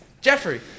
Jeffrey